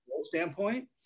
standpoint